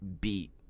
beat